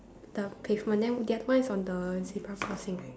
the pavement then the other one is on the zebra crossing right